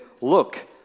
look